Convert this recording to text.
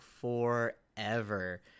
forever